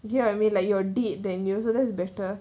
ya I mean like your deed than you so that's better